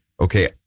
okay